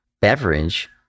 beverage